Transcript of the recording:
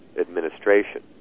administration